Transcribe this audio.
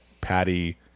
patty